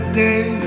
day